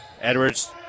Edwards